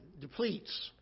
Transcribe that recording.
depletes